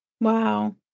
Wow